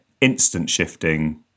instant-shifting